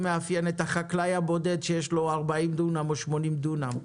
מאפיין את החקלאי הבודד שיש לו 40 או 80 דונם.